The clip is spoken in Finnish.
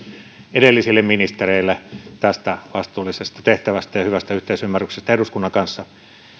edellisille ministereille vastuullisesta tehtävästä ja hyvästä yhteisymmärryksestä eduskunnan kanssa